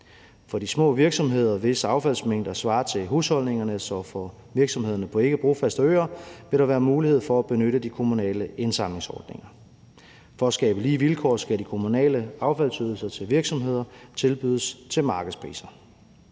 For de små virksomheder, hvis affaldsmængder svarer til husholdningernes, og for virksomhederne på ikkebrofaste øer vil der være mulighed for at benytte de kommunale indsamlingsordninger. For at skabe lige vilkår skal de kommunale affaldsydelser til virksomheder tilbydes til markedspriser.